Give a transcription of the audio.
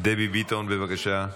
דבי ביטון, בבקשה,